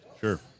Sure